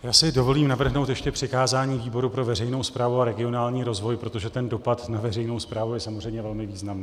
Já si dovolím navrhnout ještě přikázání výboru pro veřejnou správu a regionální rozvoj, protože dopad na veřejnou správu je samozřejmě velmi významný.